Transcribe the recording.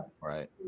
Right